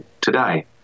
today